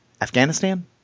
Afghanistan